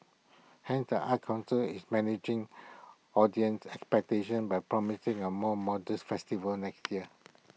hence the arts Council is managing audience expectations by promising A more modest festival next year